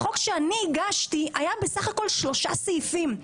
החוק שאני הגשתי היה בסך הכול שלושה סעיפים.